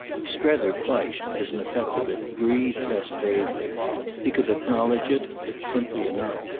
strether quite, as an effect of it, breathed less bravely he could acknowledge it, but simply enough.